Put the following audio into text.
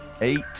Eight